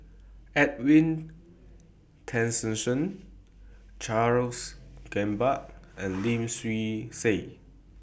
Edwin Tessensohn Charles Gamba and Lim Swee Say